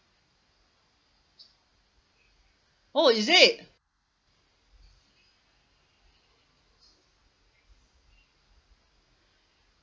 oh is it